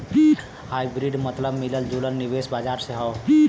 hybrid मतबल मिलल जुलल निवेश बाजार से हौ